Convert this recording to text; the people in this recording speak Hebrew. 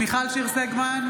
מיכל שיר סגמן,